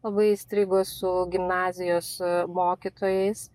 labai įstrigo su gimnazijos mokytojais